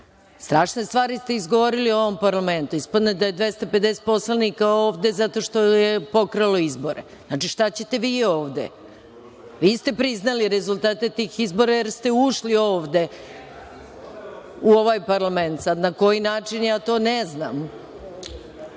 Strašne stvari ste izgovorili u ovom parlamentu. Ispade da je 250 poslanika ovde zato što je pokralo izbore. Znači, šta ćete vi ovde? Vi ste priznali rezultate tih izbora jer ste ušli ovde u ovaj parlament. Sad, na koji način, ja to ne